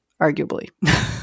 arguably